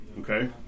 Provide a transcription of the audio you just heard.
Okay